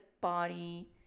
body